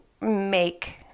make